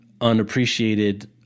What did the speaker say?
unappreciated